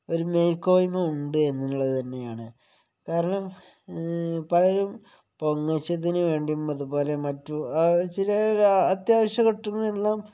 ഒരു മേല്ക്കോയ്മ ഉണ്ട് എന്നുള്ളതു തന്നെയാണ് കാരണം പലരും പൊങ്ങച്ചത്തിനുവേണ്ടിയും അതുപോലെ മറ്റു ചില അത്യാവശ്യഘട്ടങ്ങളിലെല്ലാം